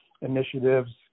initiatives